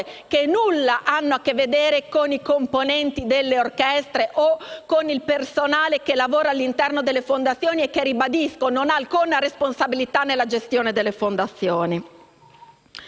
che nulla hanno a che vedere con i componenti delle orchestre o con il personale che lavora all'interno delle fondazioni e che - ribadisco - non ha alcuna responsabilità nella gestione delle fondazioni.